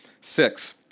six